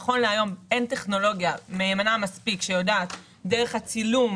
נכון להיום אין טכנולוגיה מהימנה מספיק שיודעת דרך הצילום,